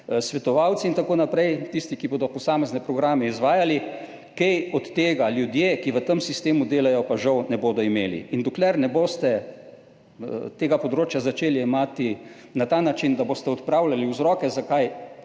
svetovalci in tako naprej, tisti, ki bodo posamezne programe izvajali, ljudje, ki v tem sistemu delajo, pa, žal, od tega ne bodo kaj imeli. Dokler ne boste tega področja začeli jemati na ta način, da boste odpravljali vzroke, zakaj